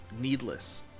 needless